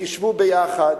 תשבו ביחד,